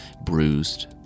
bruised